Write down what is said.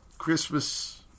Christmas